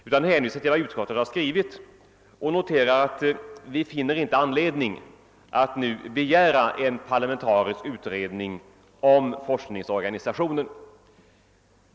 Jag hänvisar bara till vad utskottsmajoriteten skrivit och noterar att vi inte finner anledning att nu begära en parlamentarisk utredning om forskningsorganisationen.